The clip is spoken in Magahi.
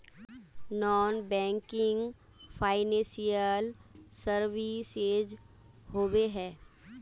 नॉन बैंकिंग फाइनेंशियल सर्विसेज होबे है?